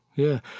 yeah.